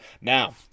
now